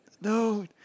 no